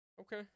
Okay